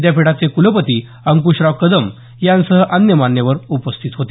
विद्यापीठाचे कुलपती अंकुशराव कदम यांसह अन्य मान्यवर उपस्थित होते